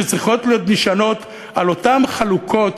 שצריכות להישען על אותן חלוקות